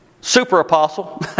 super-apostle